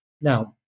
Now